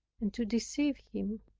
and to deceive him.